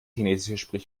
chinesisches